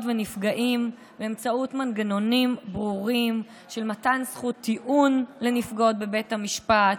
ונפגעים באמצעות מנגנונים ברורים של מתן זכות טיעון לנפגעות בבית המשפט,